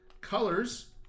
colors